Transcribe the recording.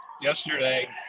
Yesterday